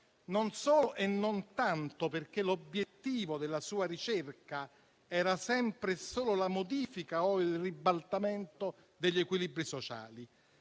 non solo e non tanto perché l'obiettivo della sua ricerca era sempre e solo la modifica o il ribaltamento degli equilibri sociali,